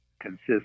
consists